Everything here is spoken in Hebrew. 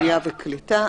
עלייה וקליטה,